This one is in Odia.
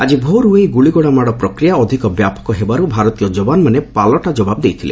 ଆଜି ଭୋରୁ ଏହି ଗୁଳିଗୋଳା ମାଡ଼ ପ୍ରକ୍ରିୟା ଅଧିକ ବ୍ୟାପକ ହେବାର୍ ଭାରତୀୟ ଯବାନମାନେ ପାଲଟା ଜବାବ ଦେଇଥିଲେ